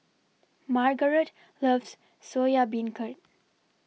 Margaret loves Soya Beancurd